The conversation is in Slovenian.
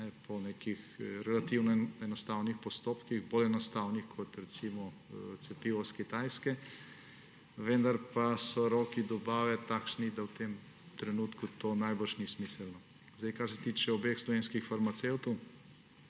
po nekih relativno enostavnih postopkih, bolj enostavnih, kot recimo cepivo iz Kitajske, vendar pa so roki dobave takšni, da v tem trenutku to najbrž ni smiselno. Kar se tiče obeh slovenskih farmacevtov,